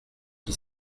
qui